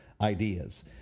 ideas